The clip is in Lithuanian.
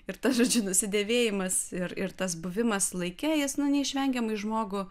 ir tas nusidėvėjimas ir ir tas buvimas laike jis nu neišvengiamai žmogų